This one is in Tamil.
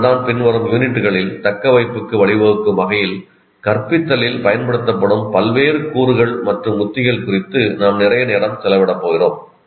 அதனால்தான் பின்வரும் யூனிட்டுகளில் தக்கவைப்புக்கு வழிவகுக்கும் வகையில் கற்பிப்பதில் பயன்படுத்தப்படும் பல்வேறு கூறுகள் மற்றும் உத்திகள் குறித்து நாம் நிறைய நேரம் செலவிடப் போகிறோம்